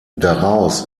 daraus